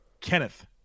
Kenneth